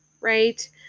right